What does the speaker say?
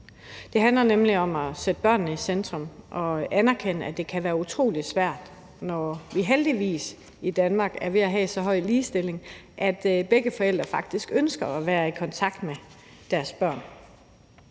Det handler nemlig om at sætte børnene i centrum og anerkende, at det kan være utrolig svært, når vi heldigvis i Danmark er ved at have så høj en ligestilling, at begge forældre faktisk ønsker at være i kontakt med deres børn.